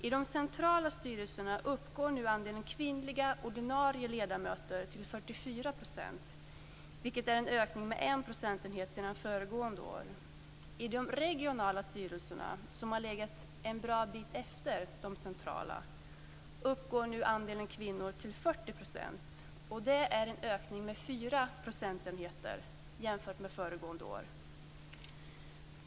I de centrala styrelserna uppgår nu andelen kvinnliga ordinarie ledamöter till 44 %, vilket är en ökning med en procentenhet sedan föregående år. I de regionala styrelserna, som har legat en bra bit efter de centrala, uppgår nu andelen kvinnor till 40 %. Det är en ökning med 4 procentenheter jämfört med föregående år.